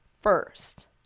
first